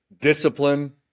discipline